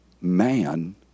man